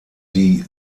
die